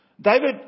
David